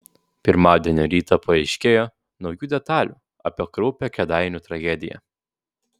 pirmadienio rytą paaiškėjo naujų detalių apie kraupią kėdainių tragediją